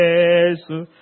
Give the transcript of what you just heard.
Jesus